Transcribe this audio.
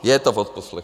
Je to v odposlechu.